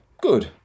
Good